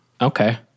Okay